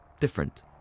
different